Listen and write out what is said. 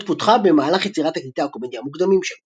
הדמות פותחה במהלך יצירת תקליטי הקומדיה המוקדמים שלו.